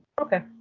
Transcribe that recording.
Okay